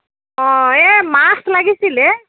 অঁ এই মাছ লাগিছিল হেই